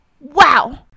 Wow